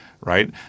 right